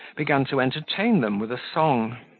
began to entertain them with a song.